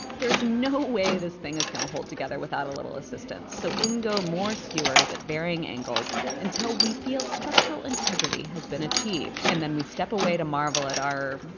there's no way this thing is going to hold together without a little assistance, so in go more skewers at varying angles until we feel structural integrity has been achieved. and then we step away to marvel at our,